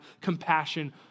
compassion